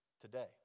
today